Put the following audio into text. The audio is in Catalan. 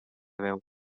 veu